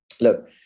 look